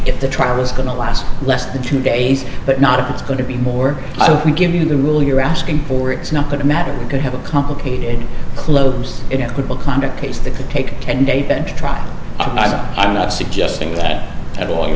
if the trial is going to last less than two days but not if it's going to be more we give you the rule you're asking for it's not going to matter could have a complicated close it could be conduct case that could take a ten day bench trial i'm not suggesting that at all you